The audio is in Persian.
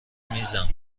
میزم